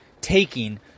Taking